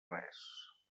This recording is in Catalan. res